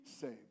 saved